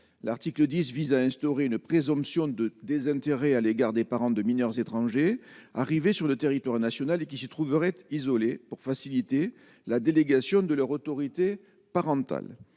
l'article 10 vise à instaurer une présomption de désintérêt à l'égard des parents de mineurs étrangers arrivés sur le territoire national et qui se trouveraient isolé pour faciliter la délégation de leur autorité parentale,